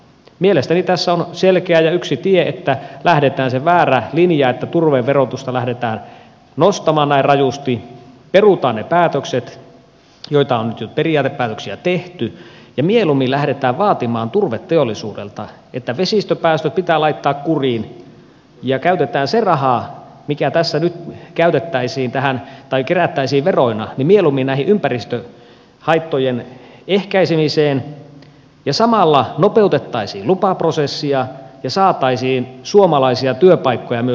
mielestäni tässä on selkeä ja yksi tie että perutaan se väärä linja että turpeen verotusta lähdetään nostamaan näin rajusti perutaan ne periaatepäätökset joita on nyt jo tehty ja mieluummin lähdetään vaatimaan turveteollisuudelta että vesistöpäästöt pitää laittaa kuriin ja käytetään se raha mikä tässä nyt kerättäisiin veroina mieluummin näiden ympäristöhaittojen ehkäisemiseen ja samalla nopeutettaisiin lupaprosessia ja saataisiin suomalaisia työpaikkoja myös turveteollisuudelle